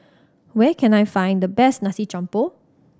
where can I find the best nasi jampur